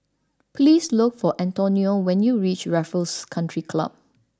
please look for Antonia when you reach Raffles Country Club